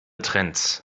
trends